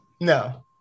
no